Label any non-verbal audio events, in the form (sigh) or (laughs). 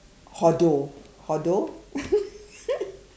Hodor Hodor (laughs)